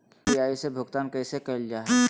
UPI से भुगतान कैसे कैल जहै?